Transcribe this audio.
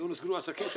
לא נסגרו שם עסקים?